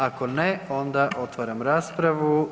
Ako ne, onda otvaram raspravu.